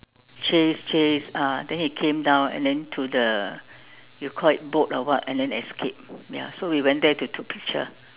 chase chase uh then he came down and then to the you call it boat or what and then escape ya so we went there to took picture